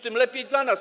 tym lepiej dla nas.